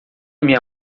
minha